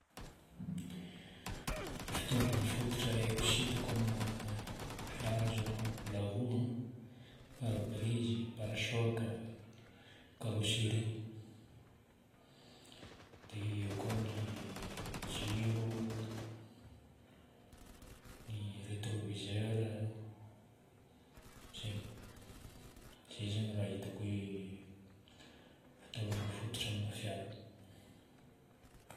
Fitaovagna fototra haiko sy hitako amina fiara zao: la roue, pare-brise, pare choc, carosserie, dia eo koa ny jiro, ny rétroviseur, izay. Izay zagny ny raha hitako hoe fitaovagna fototra amina fiara.